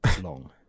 long